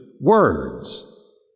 words